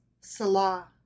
Salah